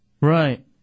Right